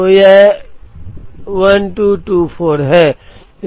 तो यह 1224 है